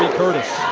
curtis.